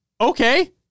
okay